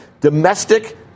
domestic